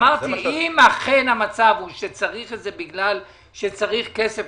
אמרתי שאם אכן המצב הוא שצריך את זה בגלל שצריך כסף,